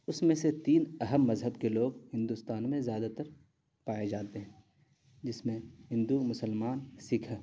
اس میں سے تین اہم مذہب کے لوگ ہندوستان میں زیادہ تر پائے جاتے ہیں جس میں ہندو مسلمان سکھ ہیں